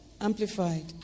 Amplified